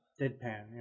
Deadpan